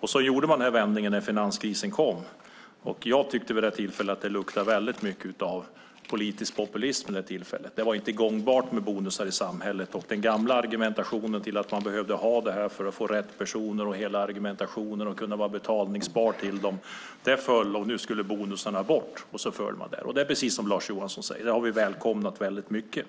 När finanskrisen kom gjorde man denna vändning, och jag tyckte vid det tillfället att det luktade väldigt mycket politisk populism. Det var inte gångbart i samhället med bonusar, och den gamla argumentationen om att man behövde ha bonusar för att få rätt personer föll. Nu skulle bonusarna bort, och det är precis som Lars Johansson säger: Det har vi välkomnat väldigt mycket.